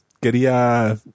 quería